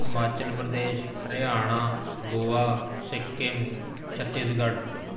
Himachal Pradesh Haryana Goa Sikkim Chhattisgarh